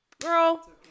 Girl